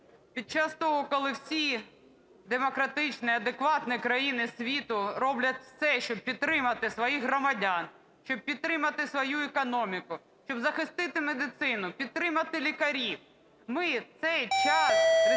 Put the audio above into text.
під час того, коли всі демократичні і адекватні країни світу роблять все, щоб підтримати своїх громадян, щоб підтримати свою економіку, щоб захистити медицину, підтримати лікарів, ви в цей час, ризикуючи